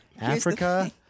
Africa